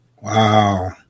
Wow